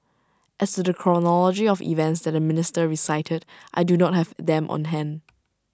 as to the chronology of events that the minister recited I do not have them on hand